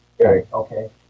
okay